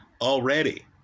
already